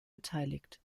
beteiligt